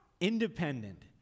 independent